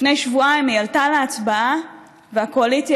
לפני שבועיים היא עלתה להצבעה והקואליציה